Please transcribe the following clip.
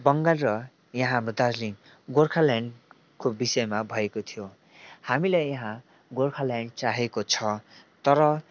बङ्गाल र यहाँ हाम्रो दार्जिलिङ गोर्खाल्यान्डको विषयमा भएको थियो हामीलाई यहाँ गोर्खाल्यान्ड चाहिएको छ तर